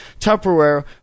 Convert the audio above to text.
Tupperware